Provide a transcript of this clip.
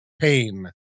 pain